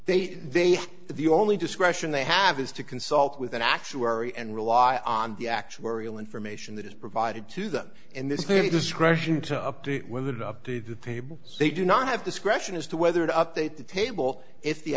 they have the only discretion they have is to consult with an actuary and rely on the actuarial information that is provided to them in this very discretion to update would update the table so they do not have discretion as to whether to update the table if the